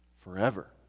forever